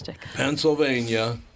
Pennsylvania